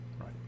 Right